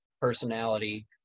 personality